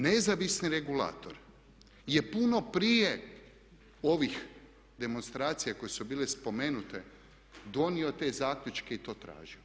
Nezavisni regulator je puno prije ovih demonstracija koje su bile spomenute donio te zaključke i to tražio.